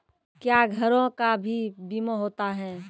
क्या घरों का भी बीमा होता हैं?